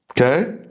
Okay